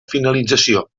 finalització